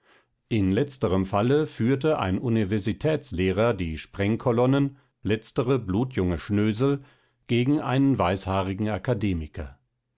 in letzterem falle führte ein universitätslehrer die sprengkolonnen letztere blutjunge schnösel gegen einen weißhaarigen akademiker